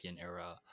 era